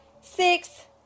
six